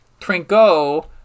Trinko